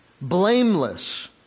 blameless